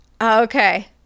Okay